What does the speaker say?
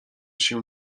się